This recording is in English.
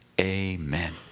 Amen